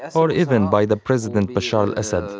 or even by the president bashar al-assad.